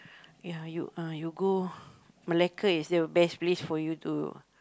ya you ah you go Malacca is still the best place for you to